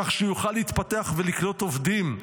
כך שיוכל להתפתח ולקלוט עובדים,